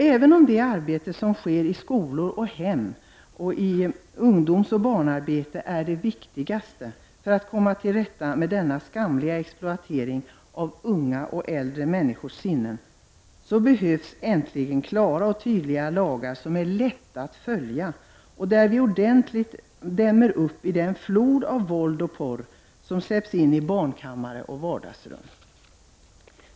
Även om det arbete som sker i skolor, hem och arbetet med barn och ungdomar är det viktigaste för att komma till rätta med denna skamliga exploatering av unga och äldre människors sinnen, så behövs det äntligen klara och tydliga lagar, som är lätta att följa och som innebär att man dämmer upp i den flod av våld och porr som släpps in i barnkammare och vardagsrum.